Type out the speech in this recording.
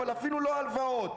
אבל אפילו לא הלוואות.